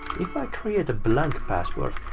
if i create a blank password.